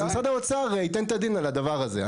אז משרד האוצר ייתן את הדין על הדבר הזה.